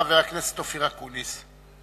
חבר הכנסת אופיר אקוניס.